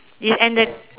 is at the